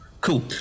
cool